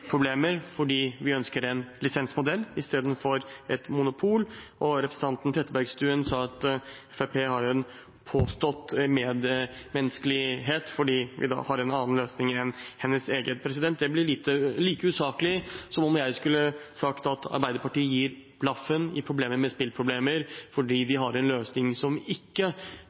fordi vi ønsker en lisensmodell istedenfor et monopol, og representanten Trettebergstuen sa at Fremskrittspartiet har en «påstått medmenneskelighet», fordi vi da har en annen løsning enn hennes egen. Det blir like usaklig som om jeg skulle sagt at Arbeiderpartiet gir blaffen i folk med spilleproblemer, fordi de har en løsning som ikke